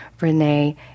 Renee